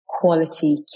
quality